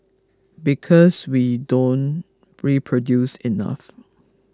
because we don't reproduce enough